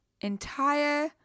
entire